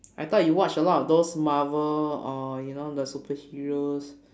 I thought you watch a lot of those marvel or you know the superheroes